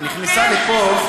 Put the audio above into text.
נכנסה לפה,